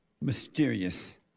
mysterious